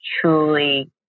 truly